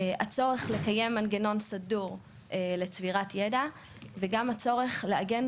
הצורך לקיים מנגנון סדור לצבירת ידע וגם הצורך לעגן